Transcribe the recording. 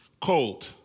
cold